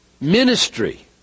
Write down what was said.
ministry